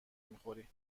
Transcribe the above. میخوری